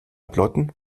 plotten